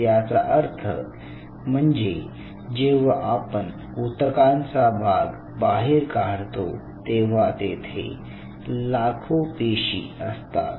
याचा अर्थ म्हणजे जेव्हा आपण ऊतकांचा भाग बाहेर काढतो तेव्हा तेथे लाखो पेशी असतात